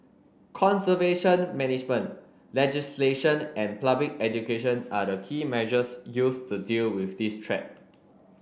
conservation management legislation and public education are the key measures used to deal with this threat